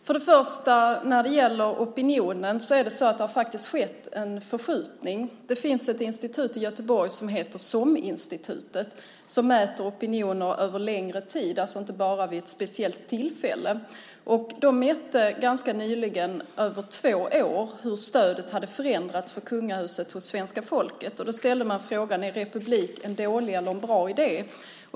Fru talman! När det gäller opinionen har det faktiskt skett en förskjutning. SOM-institutet i Göteborg mäter opinioner över en längre tid, alltså inte bara vid ett speciellt tillfälle. De mätte ganska nyligen hur stödet för kungahuset hade förändrats hos svenska folket över två år. De ställde frågan: Är republik en dålig eller en bra idé?